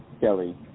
Kelly